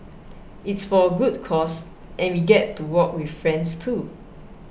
it's for a good cause and we get to walk with friends too